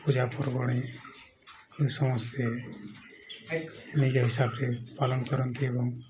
ପୂଜା ପର୍ବାଣି ସମସ୍ତେ ନିଜ ହିସାବରେ ପାଳନ କରନ୍ତି ଏବଂ